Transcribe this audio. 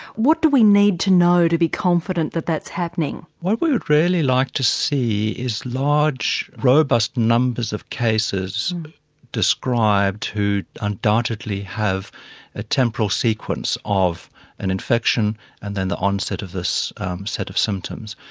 what do we need to know to be confident that that's happening? what we would really like to see is large robust numbers of cases described who undoubtedly have a temporal sequence of an infection and then the onset of this set of symptoms.